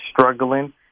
struggling